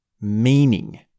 meaning